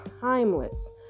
timeless